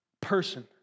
person